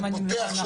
אם אני מבינה נכון.